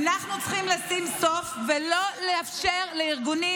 אנחנו צריכים לשים סוף ולא לאפשר לארגונים